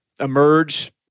emerge